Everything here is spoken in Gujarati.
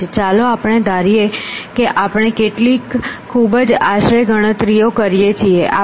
ચાલો આપણે ધારીએ કે આપણે કેટલીક ખૂબ જ આશરે ગણતરીઓ કરીએ છીએ